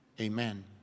amen